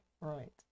right